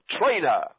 Trainer